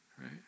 right